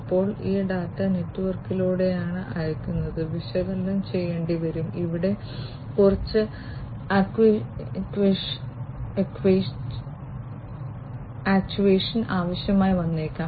അപ്പോൾ ഈ ഡാറ്റ നെറ്റ്വർക്കിലൂടെയാണ് അയയ്ക്കുന്നത് വിശകലനം ചെയ്യേണ്ടി വരും ഇവിടെ കുറച്ച് ആക്ച്വേഷൻ ആവശ്യമായി വന്നേക്കാം